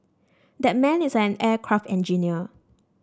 that man is an aircraft engineer